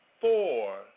four